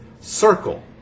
circle